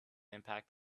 impact